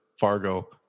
Fargo